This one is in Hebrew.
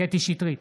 קטי קטרין שטרית,